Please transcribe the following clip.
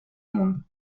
mundo